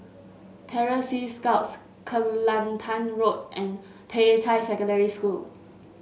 Terror Sea Scouts Kelantan Road and Peicai Secondary School